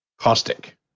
caustic